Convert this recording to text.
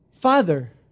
Father